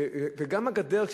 גם הגדר,